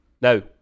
now